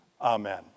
Amen